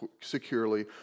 securely